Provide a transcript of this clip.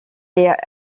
est